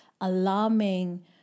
alarming